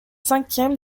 cinquième